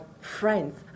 friends